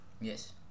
yes